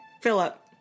Philip